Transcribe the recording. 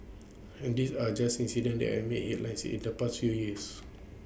and these are just incidents and made headlines in the past few years